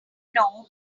know